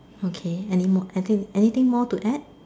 okay any more I think any thing more to add